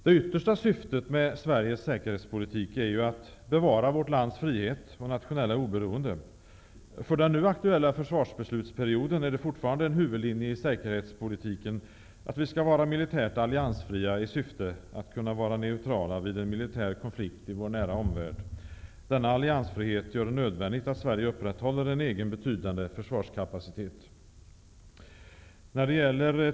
Det yttersta syftet med Sveries säkerhetspolitik är ju att bevara vårt lands frihet och nationella oberoende. För den nu aktuella försvarsbeslutsperioden är det fortfarande en huvudlinje i säkerhetspolitiken att vi skall vara militärt alliansfria för att kunna vara neutrala vid en militär konflikt i vår nära omvärld. Denna alliansfrihet gör det nödvändigt att Sverige upprätthåller en egen betydande försvarskapacitet.